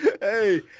hey